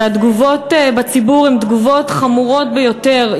והתגובות בציבור הן תגובות חמורות ביותר.